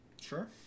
Sure